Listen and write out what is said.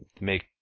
make